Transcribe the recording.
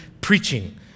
preaching